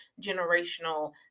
generational